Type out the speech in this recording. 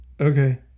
Okay